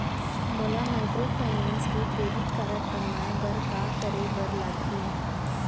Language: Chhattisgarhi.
मोला माइक्रोफाइनेंस के क्रेडिट कारड बनवाए बर का करे बर लागही?